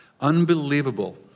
Unbelievable